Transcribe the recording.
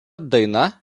daina